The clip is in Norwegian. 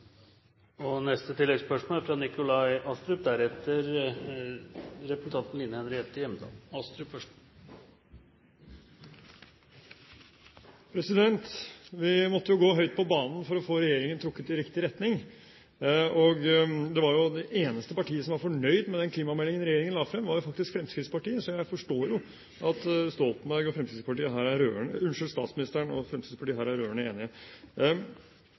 Nikolai Astrup – til oppfølgingsspørsmål. Vi måtte gå høyt på banen for å få trukket regjeringen i riktig retning. Det eneste partiet som var fornøyd med den klimameldingen regjeringen la frem, var jo Fremskrittspartiet. Så jeg forstår at statsministeren og Fremskrittspartiet her er rørende enige. Det som bekymrer Høyre, er